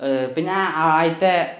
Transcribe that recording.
പിന്നെ ആ അതിൽത്തെ